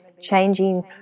changing